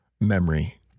memory